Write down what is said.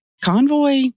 Convoy